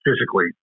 physically